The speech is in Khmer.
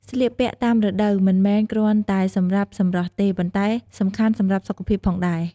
ស្លៀកពាក់តាមរដូវមិនមែនគ្រាន់តែសម្រាប់សម្រស់ទេ ប៉ុន្តែសំខាន់សម្រាប់សុខភាពផងដែរ។